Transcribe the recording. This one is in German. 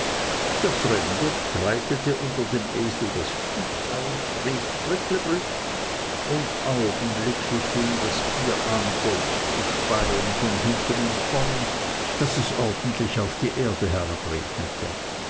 der fremde breitete unter dem esel das tuch aus rief bricklebrit und augenblicklich fing das tier an gold zu speien von hinten und vorn daß es ordentlich auf die erde